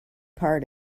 part